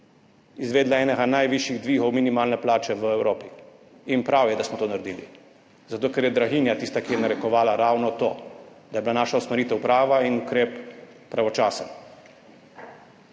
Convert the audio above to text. izvedla enega najvišjih dvigov minimalne plače v Evropi. In prav je, da smo to naredili, zato ker je draginja tista, ki je narekovala ravno to, da je bila naša usmeritev prava in ukrep pravočasen.